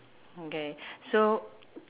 okay so